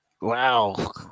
Wow